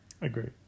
Agree